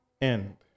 end